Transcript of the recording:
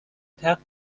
تخت